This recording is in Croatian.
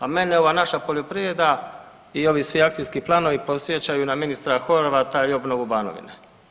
A mene ova naša poljoprivreda i ovi svi akcijski planovi podsjećaju na ministra Horvata i obnovu Banovine.